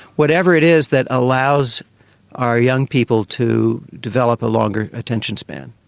whatever it is that allows our young people to develop a longer attention span.